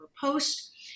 Post